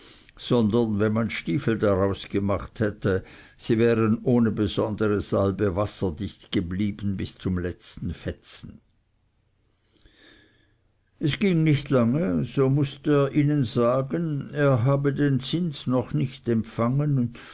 sondern wenn man stiefel daraus gemacht hatte sie wären ohne besondere salbe wasserdicht geblieben bis zum letzten fetzen es ging nicht lange so mußte er ihnen sagen er habe den zins noch nicht empfangen